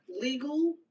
legal